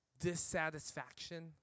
dissatisfaction